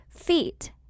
feet